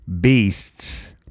beasts